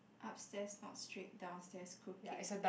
upstairs not straight downstairs crooked